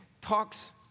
talks